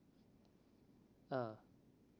ah